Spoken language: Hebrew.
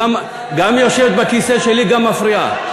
גם יושבת בכיסא שלי וגם מפריעה.